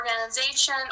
organization